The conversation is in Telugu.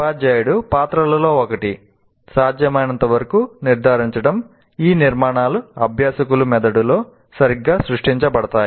ఉపాధ్యాయుడి పాత్రలలో ఒకటి సాధ్యమైనంతవరకు నిర్ధారించడం ఈ నిర్మాణాలు అభ్యాసకుల మెదడుల్లో సరిగ్గా సృష్టించబడతాయి